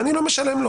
ואני לא משלם לו